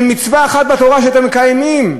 אין מצווה אחת בתורה שאתם מקיימים.